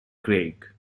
craig